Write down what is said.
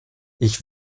ich